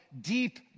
deep